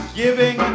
giving